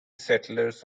settlers